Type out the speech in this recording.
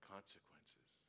Consequences